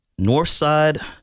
Northside